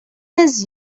his